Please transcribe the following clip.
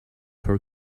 her